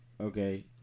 Okay